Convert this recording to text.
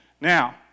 Now